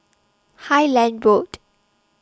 Highland Road